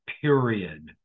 period